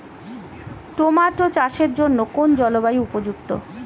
Tomato চাষের জন্য কোন জলবায়ু উপযুক্ত?